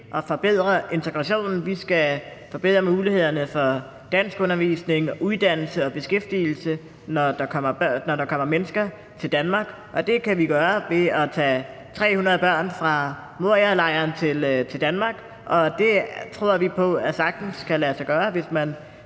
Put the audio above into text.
og forbedre integrationen. Vi skal forbedre mulighederne for danskundervisning, uddannelse og beskæftigelse, når der kommer mennesker til Danmark. Det kan vi gøre ved at tage 300 børn fra Morialejren til Danmark, og det tror vi på sagtens kan lade sig gøre, hvis man